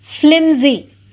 flimsy